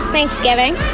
Thanksgiving